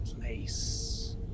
place